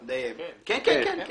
כן.